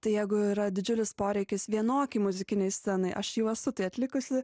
tai jeigu yra didžiulis poreikis vienokiai muzikinei scenai aš jau esu tai atlikusi